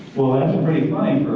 well that's pretty